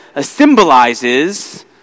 symbolizes